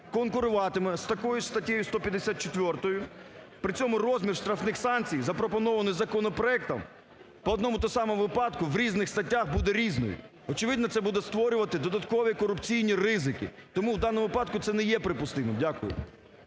конкуруватиме з такою статтею 154 при цьому розмір штрафних санкцій запропонований законопроектом по одному й тому самому випадку в різних статтях буде різний. Очевидно, це буде створювати додаткові корупційні ризики. Тому в даному випадку це не є припустимо. Дякую.